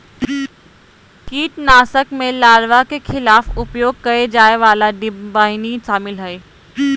कीटनाशक में लार्वा के खिलाफ उपयोग करेय जाय वाला डिंबवाहिनी शामिल हइ